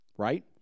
right